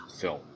film